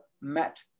MET